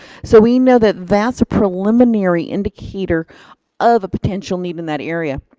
so we know that that's a preliminary indicator of a potential need in that area.